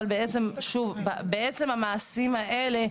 אבל בעצם המעשים האלה,